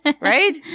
right